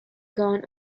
gone